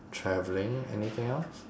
travelling anything else